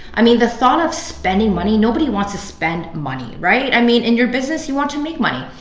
i mean the thought of spending money, nobody wants to spend money, right? i mean in your business, you want to make money.